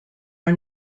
are